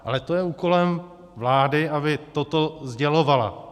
Ale to je úkolem vlády, aby toto sdělovala.